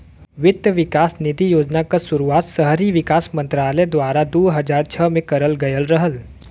वित्त विकास निधि योजना क शुरुआत शहरी विकास मंत्रालय द्वारा दू हज़ार छह में करल गयल रहल